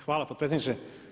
Hvala potpredsjedniče.